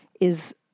is-